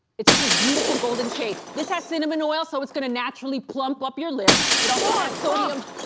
it's just this beautiful golden shade. this has cinnamon oil, so it's gonna naturally plump up your lips. it also has sodium.